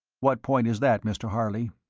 what point is that, mr. harley?